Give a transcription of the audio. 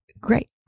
great